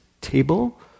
table